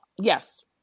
Yes